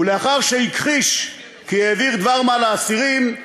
ולאחר שהכחיש כי העביר דבר מה לאסירים,